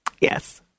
yes